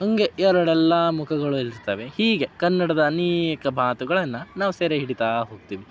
ಹಂಗೆ ಎರಡೆಲ್ಲ ಮುಖಗಳು ಇರ್ತವೆ ಹೀಗೆ ಕನ್ನಡದ ಅನೇಕ ಮಾತುಗಳನ್ನು ನಾವು ಸೆರೆ ಹಿಡೀತ ಹೋಗ್ತೀವಿ